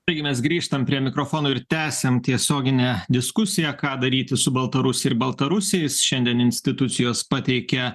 taigi mes grįžtam prie mikrofono ir tęsiam tiesioginę diskusiją ką daryti su baltarusija ir baltarusiais šiandien institucijos pateikia